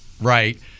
Right